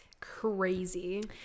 Crazy